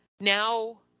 Now